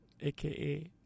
AKA